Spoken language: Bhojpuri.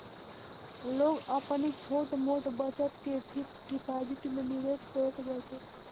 लोग अपनी छोट मोट बचत के फिक्स डिपाजिट में निवेश करत बाटे